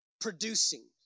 producing